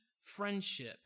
friendship